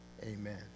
Amen